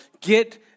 get